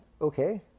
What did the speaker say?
okay